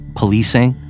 policing